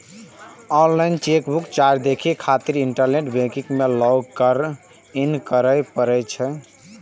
online chequebook charge देखै खातिर internet banking मे लॉग इन करै पड़ै छै